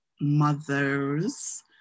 mothers